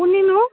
কোনিনো